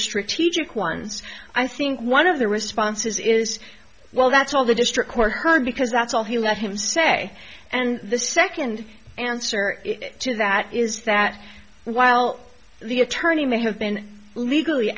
strategic ones i think one of the responses is well that's all the district court heard because that's all he let him say and the second answer to that is that while the attorney may have been legally